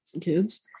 kids